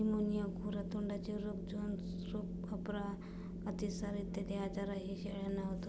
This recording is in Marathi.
न्यूमोनिया, खुरा तोंडाचे रोग, जोन्स रोग, अपरा, अतिसार इत्यादी आजारही शेळ्यांना होतात